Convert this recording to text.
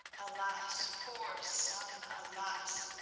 alas! poor son alas!